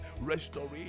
restoration